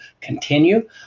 continue